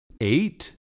Eight